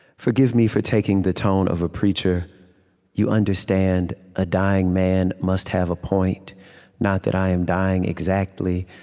forgive me for taking the tone of a preacher you understand, a dying man must have a point not that i am dying exactly.